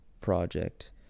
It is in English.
project